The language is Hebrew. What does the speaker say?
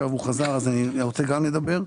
הוא פירגן ואני מודה לו על זה.